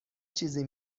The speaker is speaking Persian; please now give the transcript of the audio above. چیزی